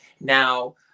Now